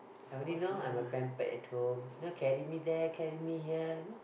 I only know I'm a pampered at home know carry me there carry me here you know